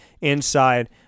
inside